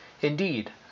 Indeed